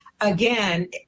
Again